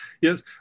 Yes